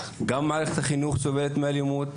גם מערכת החינוך סובלת מאלימות,